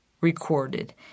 recorded